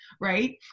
right